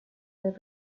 los